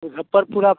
मुज़फ़्फ़रपुर आप